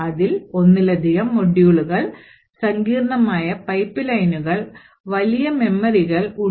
അതിൽ ഒന്നിലധികം മൊഡ്യൂളുകൾ സങ്കീർണ്ണമായ പൈപ്പ്ലൈനുകൾ വലിയ മെമ്മറികൾ ഉണ്ട്